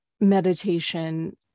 meditation